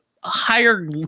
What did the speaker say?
higher